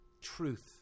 truth